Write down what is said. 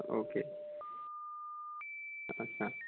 okay अच्छा